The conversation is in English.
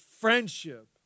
friendship